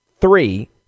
three